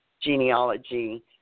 genealogy